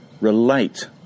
relate